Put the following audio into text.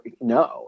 no